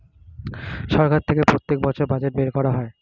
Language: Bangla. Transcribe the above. সরকার থেকে প্রত্যেক বছর বাজেট বের করা হয়